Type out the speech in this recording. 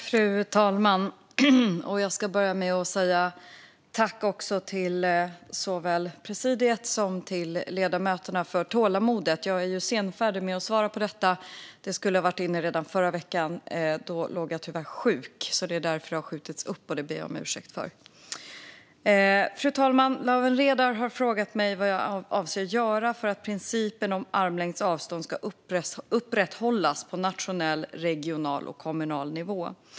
Fru talman! Jag vill inleda med att tacka presidiet och ledamöterna för tålamodet. Jag är sen med att svara på interpellationen. Det skulle ha skett redan förra veckan, men då låg jag tyvärr sjuk. Det är därför svaret har skjutits upp, och det ber jag om ursäkt för. Lawen Redar har frågat mig vad jag avser att göra för att principen om armlängds avstånd ska upprätthållas på nationell, regional och kommunal nivå.